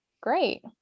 great